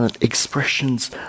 Expressions